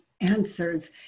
answers